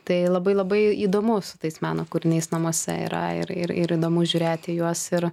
tai labai labai įdomu su tais meno kūriniais namuose yra ir ir ir įdomu žiūrėti į juos ir